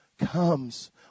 comes